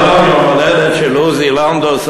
היום יום הולדת של עוזי לנדאו,